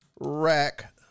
rack